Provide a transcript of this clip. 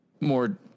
more